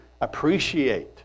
appreciate